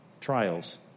trials